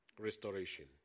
Restoration